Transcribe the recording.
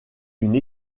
une